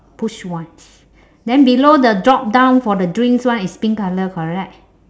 push once then below the drop down for the drinks one is pink colour correct